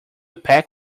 pack